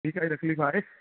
ठीकु आहे तकलीफ़ आहे